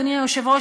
אדוני היושב-ראש,